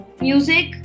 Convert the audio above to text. music